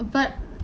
but